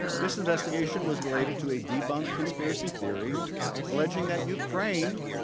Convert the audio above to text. this investigation was related to a debunked conspiracy theory alleging that ukraine,